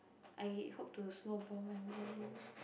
I hope to snowball my money